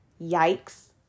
yikes